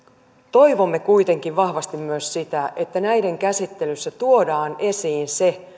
toivomme kuitenkin vahvasti myös sitä että näiden käsittelyssä tuodaan esiin se